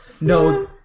No